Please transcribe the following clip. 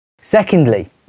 Secondly